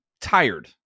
tired